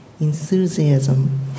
enthusiasm